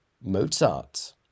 Mozart